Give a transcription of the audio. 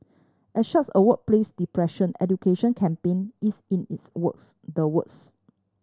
as such a workplace depression education campaign is in is works the works